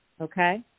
Okay